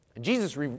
Jesus